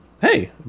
Hey